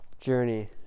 journey